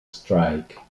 strike